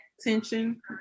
tension